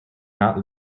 not